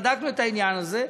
בדקנו את העניין הזה: